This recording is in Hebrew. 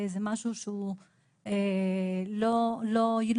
זה משהו שהוא לא יאומן.